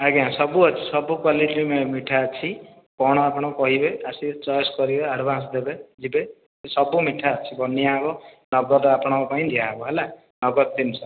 ଆଜ୍ଞା ସବୁ ଅଛି ସବୁ କ୍ୱାଲିଟୀର ମିଠା ଅଛି କଣ ଆପଣ କହିବେ ଆସିକି ଚଏସ୍ କରିବେ ଆଡଭାନ୍ସ ଦେବେ ଯିବେ ସବୁ ମିଠା ଅଛି ବନା ହେବ ନଗଦ ଆପଣଙ୍କ ପାଇଁ ଦିଆ ହେବ ହେଲା ନଗଦ ଜିନିଷ ରେ